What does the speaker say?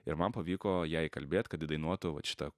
ir man pavyko ją įkalbėt kad įdainuotų vat šitą